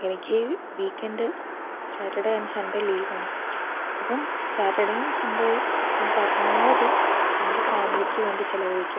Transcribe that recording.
എനിക്ക് weekend Saturday and Sunday leave ആണ് അപ്പം സാറ്റർഡേയും സൺഡേയും ഞാൻ പരമാവധി എൻ്റെ ഫാമിലിക്കു വേണ്ടി ചിലവഴിക്കും